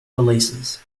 releases